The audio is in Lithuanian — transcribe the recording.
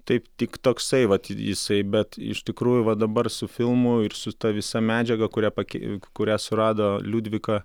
taip tik toksai vat jisai bet iš tikrųjų va dabar su filmu ir su ta visa medžiaga kurią pakėl kurią surado liudvika